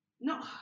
no